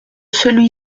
celui